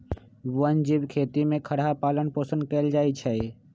वन जीव खेती में खरहा पालन पोषण कएल जाइ छै